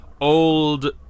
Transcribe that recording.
old